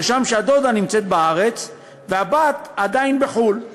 נרשם שהדודה נמצאת בארץ והבת עדיין בחו"ל.